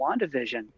WandaVision